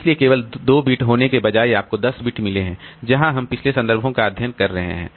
इसलिए केवल 2 बिट होने के बजाय आपको 10 बिट मिले हैं जहां हम पिछले संदर्भों का अध्ययन कर रहे हैं